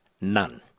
None